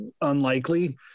unlikely